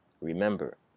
remember